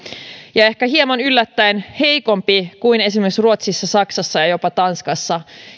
ja ehkä hieman yllättäen heikompi kuin esimerkiksi ruotsissa saksassa ja jopa tanskassa